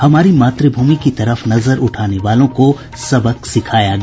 हमारी मातृभूमि की तरफ नजर उठाने वालों को सबक सिखाया गया